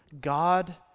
God